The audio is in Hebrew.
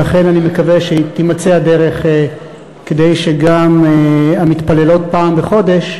ולכן אני מקווה שתימצא הדרך כדי שגם המתפללות פעם בחודש